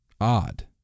odd